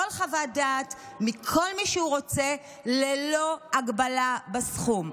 כל חוות דעת מכל מי שהוא רוצה ללא הגבלה בסכום.